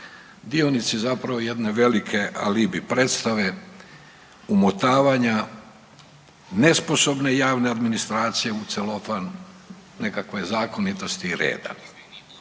dionici zapravo jedne velike alibi predstave umotavanja nesposobne javne administracije u celofan nekakve zakonitosti i reda.